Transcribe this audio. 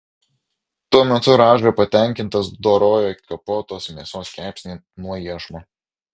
tuo metu radža patenkintas dorojo kapotos mėsos kepsnį nuo iešmo